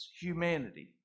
humanity